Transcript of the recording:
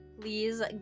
please